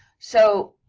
so,